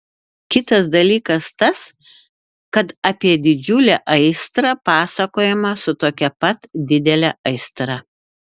kitas dalykas tas kad apie didžiulę aistrą pasakojama su tokia pat didele aistra